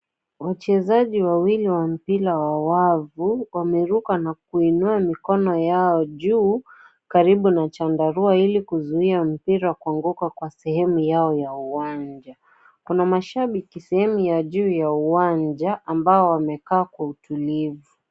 Wachezaji wawili wa mpira wa wavu, wameruka na kuinua mikono yao juu, karibu na chandarua ili kuzuia mpira kuanguka kwa sehemu yao ya uwanja. Kuna mashabiki sehemu ya juu ya uwanja ambao wamekaa kwa utulivu.